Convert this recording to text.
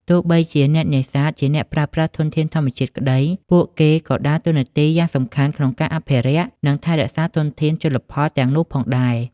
ទោះបីជាអ្នកនេសាទជាអ្នកប្រើប្រាស់ធនធានធម្មជាតិក្តី ពួកគេក៏ដើរតួនាទីយ៉ាងសំខាន់ក្នុងការអភិរក្ស និងថែរក្សាធនធានជលផលទាំងនោះផងដែរ។